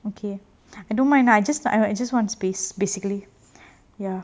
okay I don't mind I just I just want space basically ya